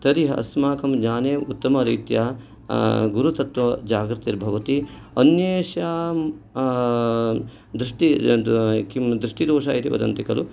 तर्हि अस्माकं ज्ञाने उत्तमरीत्या गुरुतत्त्वजाग्रतिर्भवति अन्येषां दृष्टि किं दृष्टिदोषः इति वदन्ति खलु